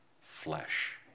flesh